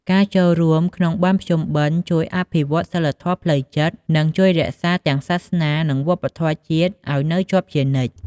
ការចូលរួមក្នុងបុណ្យភ្ជុំបិណ្ឌជួយអភិវឌ្ឍសីលធម៌ផ្លូវចិត្ត និងជួយរក្សា ទាំងសាសនានិងវប្បធម៌ជាតិឲ្យនៅជាប់ជានិច្ច។